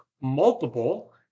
multiple